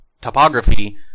topography